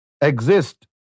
exist